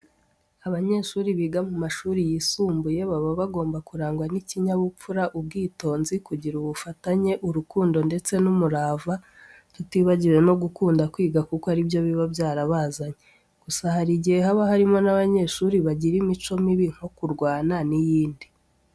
Abanyeshuri biga mu mashuri yisumbuye baba bagomba kurangwa n'ikinyabupfura, ubwitonzi, kugira ubufatanye, urukundo ndetse n'umurava, tutibagiwe no gukunda kwiga kuko ari byo biba byarabazanye. Gusa hari igihe haba harimo n'abanyeshuri bagira imico mibi nko kurwana n'iyindi.